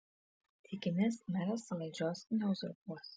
tikimės meras valdžios neuzurpuos